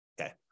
Okay